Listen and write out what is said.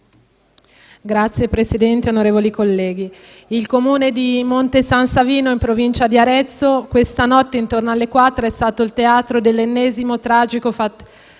Signor Presidente, onorevoli colleghi, il Comune di Monte San Savino, in Provincia di Arezzo, la notte scorsa, intorno alle ore 4, è stato il teatro dell'ennesimo tragico fatto